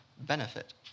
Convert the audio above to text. benefit